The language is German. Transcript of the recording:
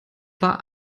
war